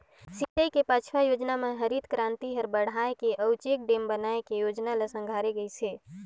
सिंचई के पाँचवा योजना मे हरित करांति हर बड़हाए बर अउ चेकडेम बनाए के जोजना ल संघारे गइस हे